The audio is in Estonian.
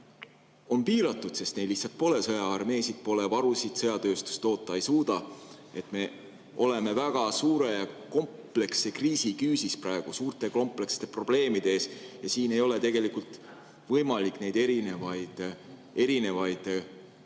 on piiratud, sest neil lihtsalt pole sõjaarmeesid, pole varusid, sõjatööstus toota ei suuda. Me oleme väga suure ja kompleksse kriisi küüsis, suurte komplekssete probleemide ees ja siin ei ole tegelikult võimalik neid erinevaid kriisikomponente